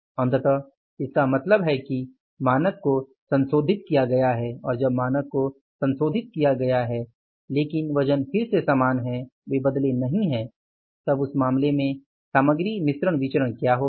अंततः इसका मतलब है कि मानक को संशोधित किया गया है और जब मानक को संशोधित किया गया है लेकिन वजन फिर से समान हैं वे बदले नही हैं तब उस मामले में सामग्री मिश्रण विचरण क्या होगा